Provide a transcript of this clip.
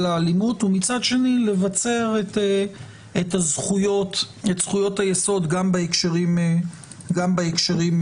האלימות ומצד שני לבצר את זכויות היסוד גם בהקשרים האלה.